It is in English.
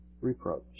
reproach